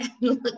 look